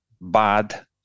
Bad